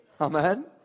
Amen